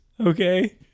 Okay